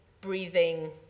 breathing